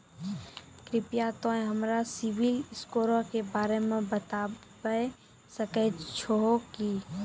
कृपया तोंय हमरा सिविल स्कोरो के बारे मे बताबै सकै छहो कि?